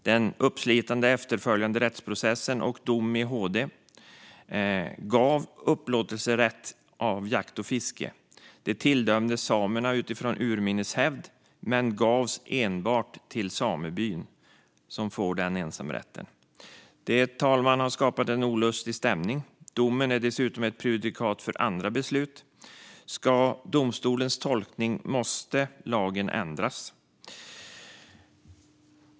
Den uppslitande rättsprocessen ledde till en dom i HD där upplåtelserätt av jakt och fiske tilldömdes samerna utifrån urminnes hävd, men den gavs enbart till samebyn, som får den ensamrätten. Detta har skapat en olustig stämning, fru talman. Domen utgör dessutom prejudikat för andra beslut. Ska domstolens tolkning gälla måste lagen ändras.